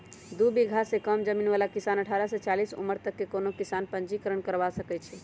दू बिगहा से कम जमीन बला किसान अठारह से चालीस उमर तक के कोनो किसान पंजीकरण करबा सकै छइ